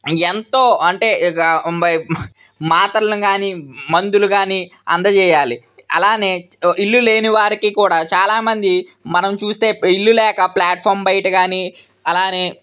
ఎంతో అంటే ఇక మాత్రలను కానీ మందులు కానీ అందచేయాలి అలాగే ఇల్లు లేని వారికి కూడా చాలామంది మనం చూస్తే ఇల్లు లేక ప్లాట్ఫామ్ బయట కానీ అలాగే